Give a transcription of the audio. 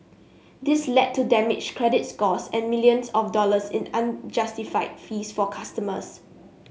this led to damaged credit scores and millions of dollars in unjustified fees for customers